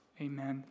Amen